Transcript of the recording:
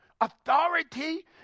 authority